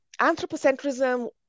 anthropocentrism